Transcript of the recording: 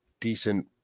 decent